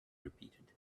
repeated